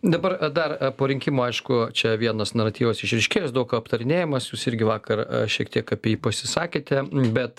dabar dar po rinkimų aišku čia vienas naratyvas išryškės daug aptarinėjamas jūs irgi vakar šiek tiek apie jį pasisakėte bet